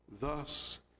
Thus